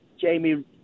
Jamie